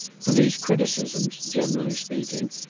for these criticisms, generally speaking,